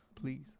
Please